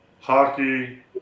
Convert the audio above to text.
hockey